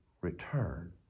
return